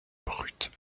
brutes